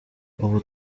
ubu